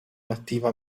nativa